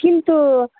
किन्तु